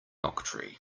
octree